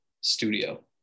studio